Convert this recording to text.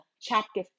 chapter